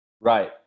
Right